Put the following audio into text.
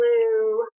blue